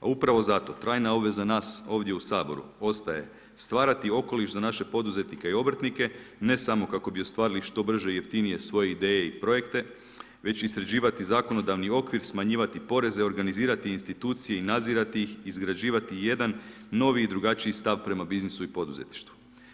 A upravo zato trajna obveza nas ovdje u Saboru ostaje stvarati okoliš za naše poduzetnike i obrtnike, ne samo kako bi ostvarili što brže i jeftinije svoje ideje i projekte već i sređivati zakonodavni okvir, smanjivati poreze, organizirati institucije i nadzirati ih i izgrađivati jedan novi i drugačiji stav prema biznisu i poduzetništvu.